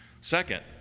second